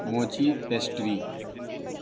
موجی pastry